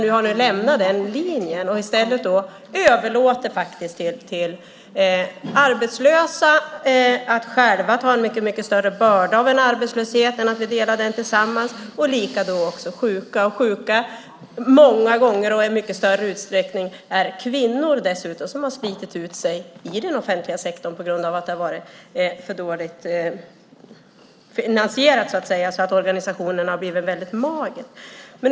Nu har ni lämnat den linjen, och i stället överlåter ni till arbetslösa att själva ta en mycket större börda vid arbetslöshet i stället för att vi delar den tillsammans. Samma sak gäller de sjuka. Många gånger är det dessutom kvinnor som är sjuka. De har slitit ut sig i den offentliga sektorn på grund av att den har varit för dåligt finansierad så att organisationen har blivit väldigt mager.